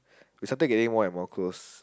we started getting more and more close